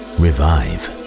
revive